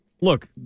look